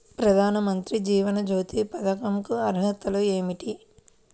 ప్రధాన మంత్రి జీవన జ్యోతి పథకంకు అర్హతలు ఏమిటి?